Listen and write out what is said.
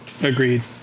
agreed